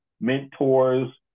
mentors